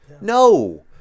No